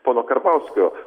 pono karbauskio